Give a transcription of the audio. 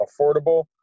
affordable